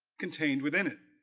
contained within it